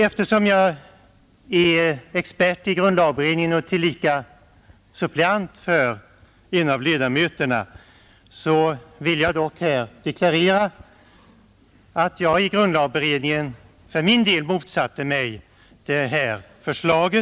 Eftersom jag är expert i grundlagberedningen och tillika suppleant för en av ledamöterna vill jag emellertid deklarera att jag i grundlagberedningen för min del motsatte mig detta förslag.